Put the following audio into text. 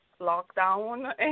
lockdown